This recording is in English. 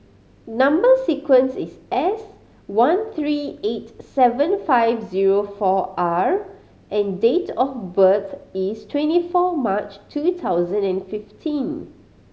number sequence is S one three eight seven five zero four R and date of birth is twenty four March two thousand and fifteen